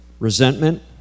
Resentment